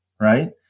right